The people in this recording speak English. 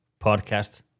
podcast